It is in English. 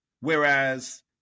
Whereas